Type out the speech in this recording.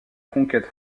conquête